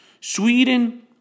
Sweden